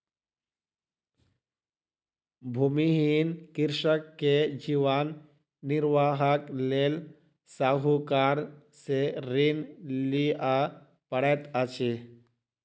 भूमिहीन कृषक के जीवन निर्वाहक लेल साहूकार से ऋण लिअ पड़ैत अछि